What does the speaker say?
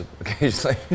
occasionally